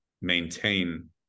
maintain